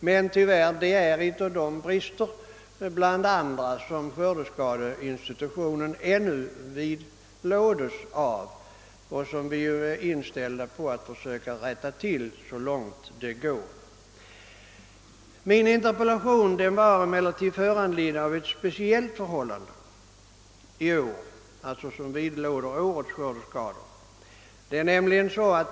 Detta är tyvärr en av de brister som ännu vidlåder skördeskadeersättningen och som vi är inställda på att försöka rätta till så långt det går. Min interpellation var emellertid föranledd av ett speciellt förhållande, som vidlåder årets skördeskador.